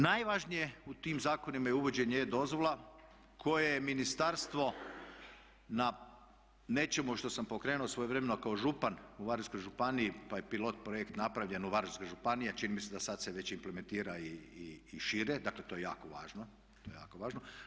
Najvažnije u tim zakonima je uvođenje e-dozvola koje je Ministarstvo na nečemu što sam pokrenuo svojevremeno kao župan u Varaždinskoj županiji pa je pilot projekt napravljen u Varaždinskoj županiji a čini mi se da sada se već implementira i šire, dakle to je jako važno, to je jako važno.